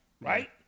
right